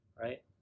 right